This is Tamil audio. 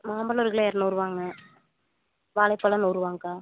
மாம்பழம் ஒரு கிலோ இரநூறுவாங்க்கா வாழைப்பளம் நூறுவாங்க்கா